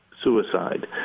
Suicide